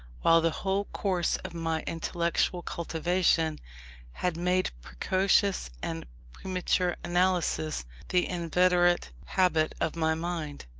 while the whole course of my intellectual cultivation had made precocious and premature analysis the inveterate habit of my mind.